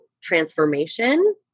transformation